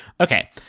okay